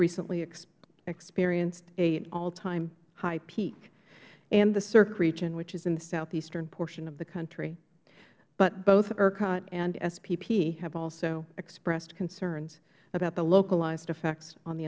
recently experienced an alltime high peak and the serc region which is in the southeastern portion of the country but both ercot and spp have also expressed concerns about the localized effects on the